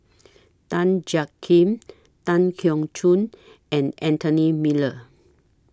Tan Jiak Kim Tan Keong Choon and Anthony Miller